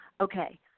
Okay